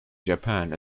japan